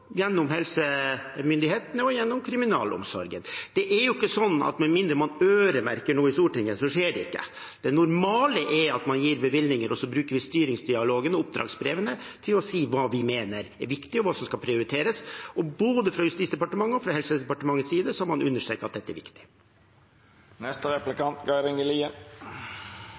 gjennom helsemyndighetene og kriminalomsorgen. Det er jo ikke slik at med mindre man øremerker noe i Stortinget, så skjer det ikke. Det normale er at vi gir bevilgninger og bruker styringsdialogen og oppdragsbrevene til å si hva vi mener er viktig, og hva som skal prioriteres, og både fra Justisdepartementets og fra Helsedepartementets side har man understreket at dette er viktig.